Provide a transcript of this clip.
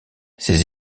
ses